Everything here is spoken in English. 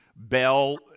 bell